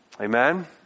Amen